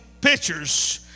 pictures